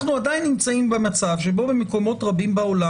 אנחנו עדיין נמצאים במצב שבו במקומות רבים בעולם